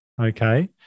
okay